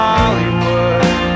Hollywood